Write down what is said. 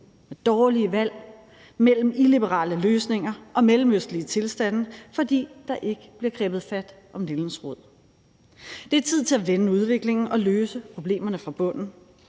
med dårlige valg mellem illiberale løsninger og mellemøstlige tilstande, fordi der ikke bliver grebet fat om nældens rod. Det er tid til at vende udviklingen og løse problemerne fra bunden.